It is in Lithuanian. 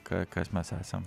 ką kas mes esam